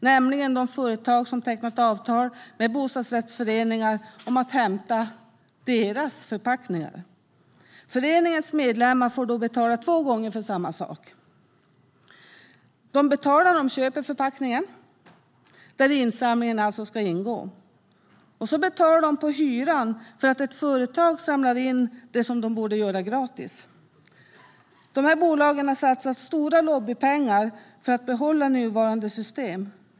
Det är de företag som har tecknat avtal med bostadsrättsföreningar om att hämta deras förpackningar. Föreningens medlemmar får då betala två gånger för samma sak. De betalar när de köper förpackningen, där insamlingen ska ingå, och så betalar de på hyran för att ett företag samlar in och gör det som de borde göra gratis. Dessa bolag har satsat stora lobbypengar för att behålla nuvarande system.